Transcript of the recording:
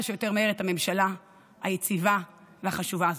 שיותר מהר את הממשלה היציבה והחשובה הזאת.